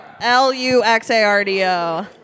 L-U-X-A-R-D-O